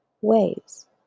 ways